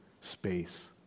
space